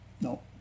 No